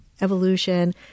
evolution